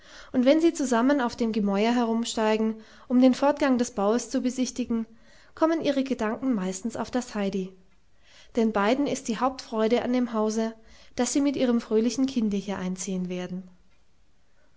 und wenn sie zusammen auf dem gemäuer herumsteigen um den fortgang des baues zu besichtigen kommen ihre gedanken meistens auf das heidi denn beiden ist die hauptfreude an dem hause daß sie mit ihrem fröhlichen kinde hier einziehen werden